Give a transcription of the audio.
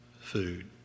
food